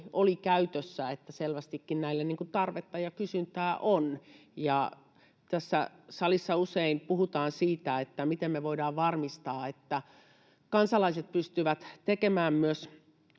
olivat käytössä, niin että selvästikin näille tarvetta ja kysyntää on. Tässä salissa usein puhutaan siitä, miten me voidaan varmistaa, että kansalaiset pystyvät tekemään myös